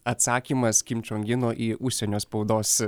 atsakymas kim čion ino į užsienio spaudos